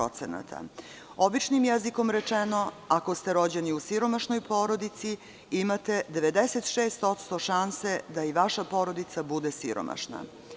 Običnim jezikom rečeno, ako ste rođeni u siromašnoj porodici, imate 96% šanse da i vaša porodica bude siromašna.